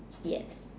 yes